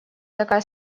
такая